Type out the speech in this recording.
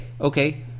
okay